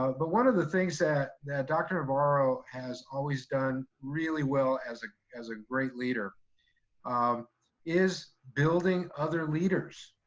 but one of the things that that dr. navarro has always done really well as ah as a great leader um is building other leaders.